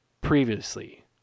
Previously